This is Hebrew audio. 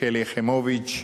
שלי יחימוביץ.